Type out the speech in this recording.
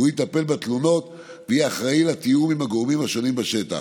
והוא יטפל בתלונות ויהיה אחראי לתיאום עם הגורמים השונים בשטח.